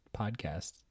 podcast